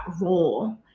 role